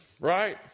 right